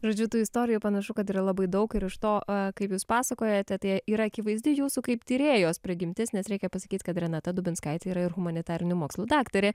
žodžiu tų istorijų panašu kad yra labai daug ir iš to kaip jūs pasakojate tai yra akivaizdi jūsų kaip tyrėjos prigimtis nes reikia pasakyt kad renata dubinskaitė yra ir humanitarinių mokslų daktarė